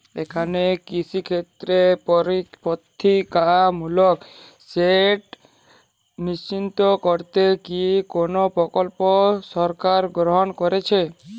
এখানে কৃষিক্ষেত্রে প্রতিরক্ষামূলক সেচ নিশ্চিত করতে কি কোনো প্রকল্প সরকার গ্রহন করেছে?